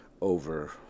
over